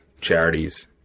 charities